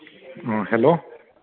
in hello